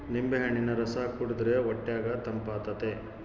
ನಿಂಬೆಹಣ್ಣಿನ ರಸ ಕುಡಿರ್ದೆ ಹೊಟ್ಯಗ ತಂಪಾತತೆ